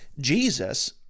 Jesus